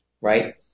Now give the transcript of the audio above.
right